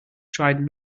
tried